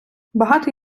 багато